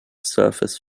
surface